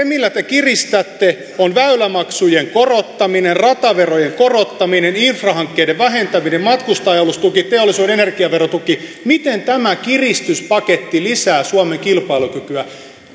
millä te kiristätte on väylämaksujen korottaminen rataverojen korottaminen infrahankkeiden vähentäminen matkustaja alustuki teollisuuden energiaverotuki miten tämä kiristyspaketti lisää suomen kilpailukykyä